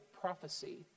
prophecy